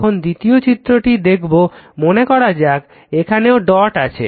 এখন দ্বিতীয় চিত্রটি দেখবো মনে করা যাক এখানে ডট আছে